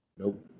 Nope